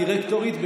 דירקטורית,